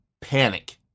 panic